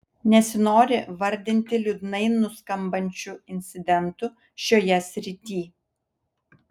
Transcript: nesinori vardinti liūdnai nuskambančių incidentų šioje srityj